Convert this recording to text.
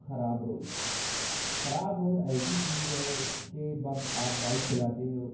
خراب روڈ خراب روڈ ایسی چیز ہے کہ باپ آپ بائک چلاتے ہو